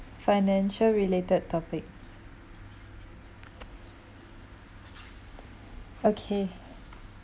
financial related topics okay